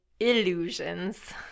Illusions